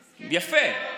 יפה.